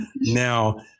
Now